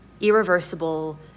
irreversible